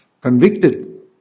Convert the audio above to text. Convicted